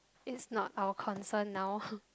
is not our concern now